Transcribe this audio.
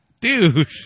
dude